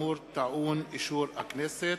הצו האמור טעון אישור הכנסת.